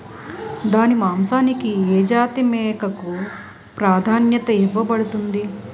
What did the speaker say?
దాని మాంసానికి ఏ జాతి మేకకు ప్రాధాన్యత ఇవ్వబడుతుంది?